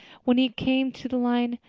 when he came to the line,